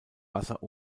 wasser